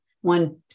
one